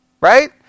right